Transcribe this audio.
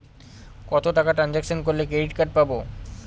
কত টাকা ট্রানজেকশন করলে ক্রেডিট কার্ড পাবো?